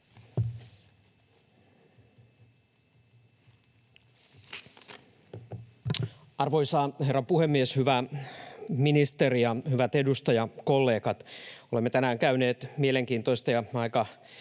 Arvoisa herra puhemies, hyvä ministeri ja hyvät edustajakollegat! Olemme tänään käyneet mielenkiintoista ja aika